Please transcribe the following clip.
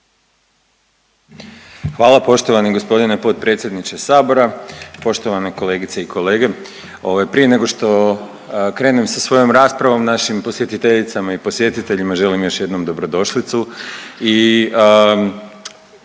Hvala poštovani g. potpredsjedniče Sabora, poštovane kolegice i kolege. Ovaj, prije nego što krenem sa svojom raspravom, našim posjetiteljicama i posjetiteljima želim još jednom dobrodošlicu